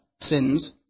sins